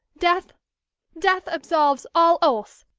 death death absolves all oaths.